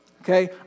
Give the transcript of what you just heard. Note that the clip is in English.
Okay